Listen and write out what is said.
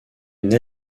une